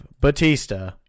Batista